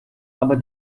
aber